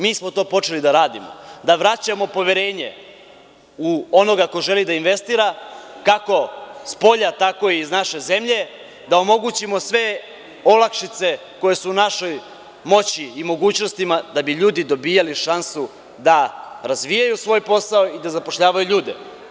Mi smo to počeli da radimo, da vraćamo poverenje u onoga ko želi da investira kako spolja tako i iz naše zemlje, da omogućimo sve olakšice koje su u našoj moći i mogućnostima da bi ljudi dobijali šansu da razvijaju svoj posao i da zapošljavaju ljude.